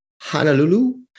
Honolulu